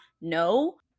No